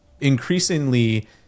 increasingly